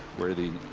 where the.